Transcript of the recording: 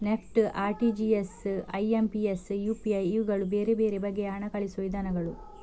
NEFT, RTGS, IMPS, UPI ಇವುಗಳು ಬೇರೆ ಬೇರೆ ಬಗೆಯ ಹಣ ಕಳುಹಿಸುವ ವಿಧಾನಗಳು